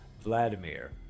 Vladimir